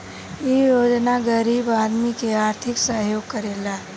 इ योजना गरीब आदमी के आर्थिक सहयोग करेला